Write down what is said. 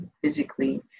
physically